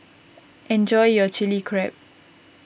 enjoy your Chili Crab